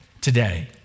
today